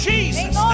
Jesus